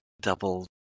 double